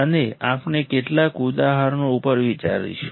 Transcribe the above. અને આપણે કેટલાક ઉદાહરણો ઉપર વિચાર કરીશું